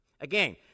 Again